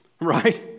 right